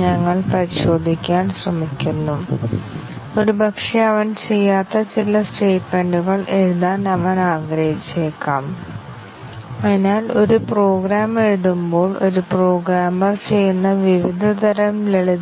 ഞങ്ങൾ ഇതുവരെ കണ്ട വിവിധ തരത്തിലുള്ള കവറേജ് പരിശോധനകൾ എന്തൊക്കെയാണ് ഇവിടെ നിങ്ങൾക്ക് വിവിധ തരത്തിലുള്ള